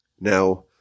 Now